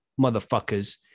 Motherfuckers